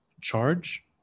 charge